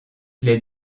les